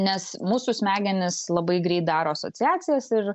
nes mūsų smegenys labai greit daro asociacijas ir